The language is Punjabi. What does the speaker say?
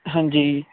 ਹਾਂਜੀ